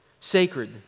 Sacred